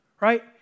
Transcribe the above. right